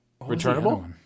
Returnable